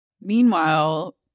Meanwhile